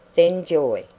then joy.